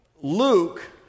Luke